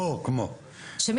לא,